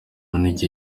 njye